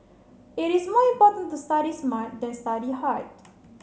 it is more important to study smart than study hard